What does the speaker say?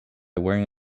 wearing